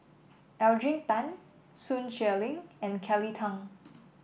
Adrian Tan Sun Xueling and Kelly Tang